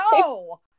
No